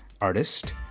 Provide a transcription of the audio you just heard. artist